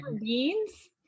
beans